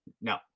no